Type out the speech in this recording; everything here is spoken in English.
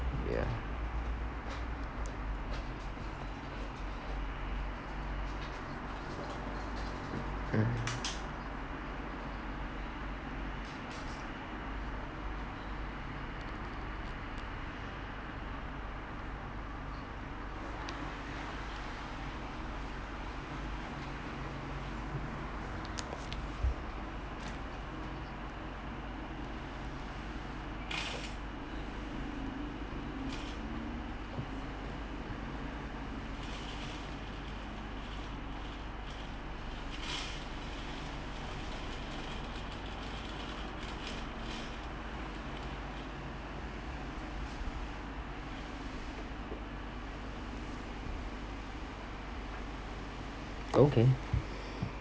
yeah mm okay